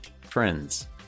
Friends